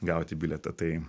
gauti bilietą tai